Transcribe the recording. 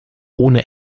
ohne